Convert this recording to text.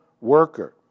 worker